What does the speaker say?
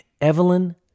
Evelyn